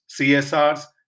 CSR's